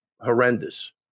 horrendous